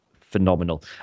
phenomenal